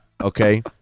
Okay